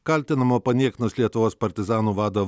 kaltinamo paniekinus lietuvos partizanų vadą